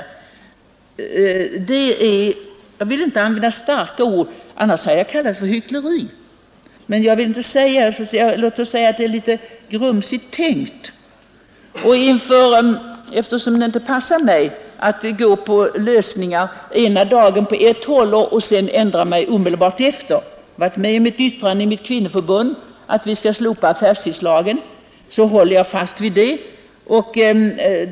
Jag vill inte använda starka ord — annars hade jag kallat det för hyckleri — men jag tycker att det är litet grumsigt tänkt. Det passar mig inte att först stödja lösningar i en riktning och sedan omedelbart ändra mig — jag har i mitt kvinnoförbund varit med om ett yttrande för att vi skall slopa affärstidslagen, och då håller jag fast vid det.